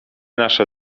nasze